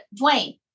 Dwayne